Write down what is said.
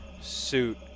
suit